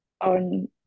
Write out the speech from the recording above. on